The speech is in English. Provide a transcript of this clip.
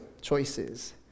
choices